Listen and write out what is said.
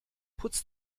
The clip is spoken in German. putz